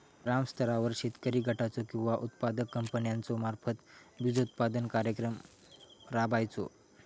ग्रामस्तरावर शेतकरी गटाचो किंवा उत्पादक कंपन्याचो मार्फत बिजोत्पादन कार्यक्रम राबायचो?